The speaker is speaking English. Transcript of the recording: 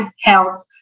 health